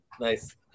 Nice